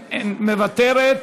מוותרת,